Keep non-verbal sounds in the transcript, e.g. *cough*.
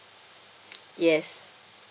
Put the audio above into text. *noise* yes